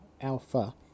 Alpha